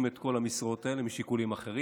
את כל המשרות האלה משיקולים אחרים.